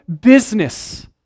business